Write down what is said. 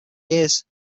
years